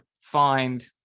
find